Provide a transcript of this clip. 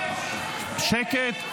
שקט.